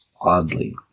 oddly